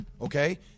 Okay